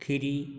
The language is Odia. କ୍ଷୀରି